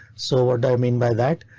so what i mean by that?